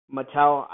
Mattel